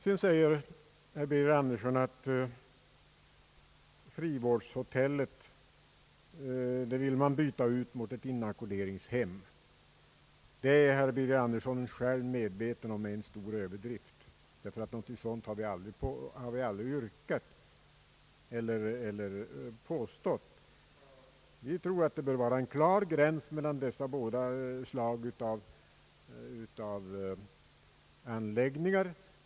Herr Birger Andersson anför vidare att man vill byta ut frivårdshotellet mot ett inackorderingshem. Det är herr Birger Andersson själv medveten om är en stor överdrift, ty något sådant har vi aldrig påstått. Vi tror att det bör vara en klar gräns mellan dessa båda slag av anläggningar.